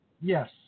Yes